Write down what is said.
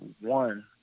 one